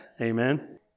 Amen